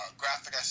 graphic